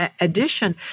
addition